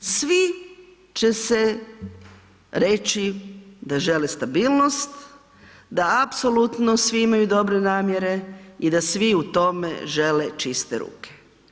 Svi će reći da žele stabilnost, da apsolutno svi imaju dobre namjere i da svi u tome žele čiste ruke.